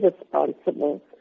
responsible